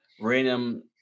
random